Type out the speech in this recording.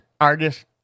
artist